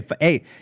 Hey